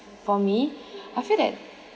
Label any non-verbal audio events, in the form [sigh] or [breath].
for me [breath] I feel that